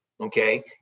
okay